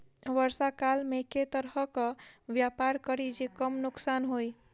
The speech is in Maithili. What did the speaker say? वर्षा काल मे केँ तरहक व्यापार करि जे कम नुकसान होइ?